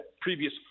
previous